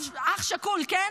אח שכול, כן?